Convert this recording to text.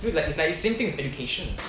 so that it's like same thing as education